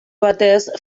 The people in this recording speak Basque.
batez